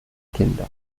kinder